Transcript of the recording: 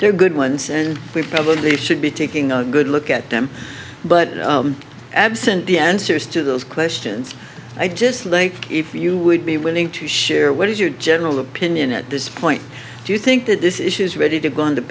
are good ones and we probably should be taking a good look at them but absent the answers to those questions i just think if you would be willing to share what is your general opinion at this point do you think that this issue is ready to go in